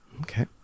Okay